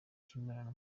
cy’imibonano